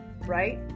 right